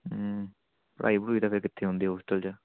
ਹਮ ਪੜ੍ਹਾਈ ਪੜੂਈ ਤਾਂ ਫਿਰ ਕਿੱਥੇ ਹੁੰਦੀ ਹੋਸਟਲ 'ਚ